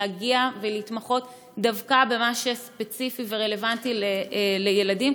להגיע ולהתמחות דווקא במה שספציפי ורלוונטי לילדים,